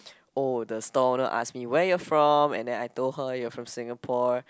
oh the store owner ask me where are you from and then I told her you're from Singapore